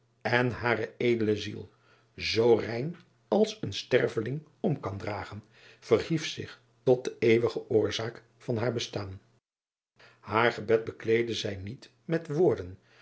en hare edele ziel zoo rein als een sterveling om kan dragen verhief zich tot de eeuwige orzaak van haar bestaan aar gebed bekleedde zij niet met woorden